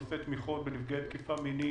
נושא תמיכות בנפגעי תקיפה מינית,